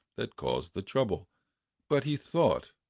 that caused the trouble but he thought